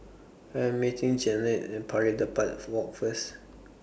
I Am meeting Jeannette and Pari Dedap Walk First